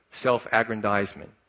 self-aggrandizement